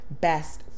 best